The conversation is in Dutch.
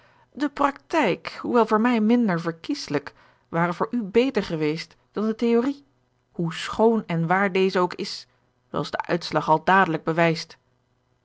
de praktijk hoewel voor mij minder verkieslijk ware voor u beter geweest dan de theorie hoe schoon en waar deze ook is zoo als de uitslag al dadelijk bewijst